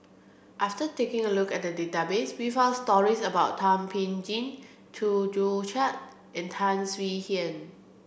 after taking a look at the database we found stories about Thum Ping Tjin Chew Joo Chiat and Tan Swie Hian